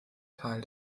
teil